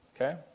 Okay